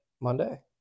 Monday